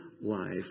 Life